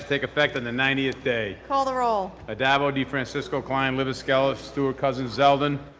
take effect on the ninetieth day. call the roll. addabbo, defrancisco, klein, libous, skelos, stewart-cousins, zeldin.